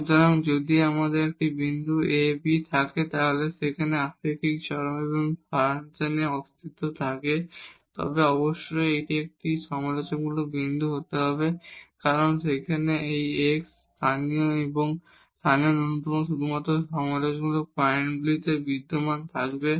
সুতরাং যদি আমাদের একটি বিন্দু a b থাকে যেখানে রিলেটিভ এক্সট্রিম এই ফাংশনের অস্তিত্ব থাকে তবে অবশ্যই এটি একটি ক্রিটিকাল পয়েন্ট হতে হবে কারণ সেই x লোকাল ম্যাক্সিমা এবং লোকাল মিনিমা শুধুমাত্র ক্রিটিকাল পয়েন্টগুলিতে বিদ্যমান থাকবে